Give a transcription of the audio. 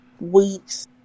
weeks